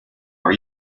are